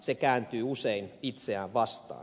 se kääntyy usein itseään vastaan